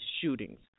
shootings